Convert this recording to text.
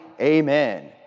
Amen